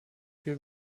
viel